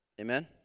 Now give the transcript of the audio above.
Amen